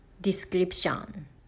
description